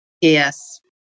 Yes